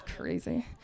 Crazy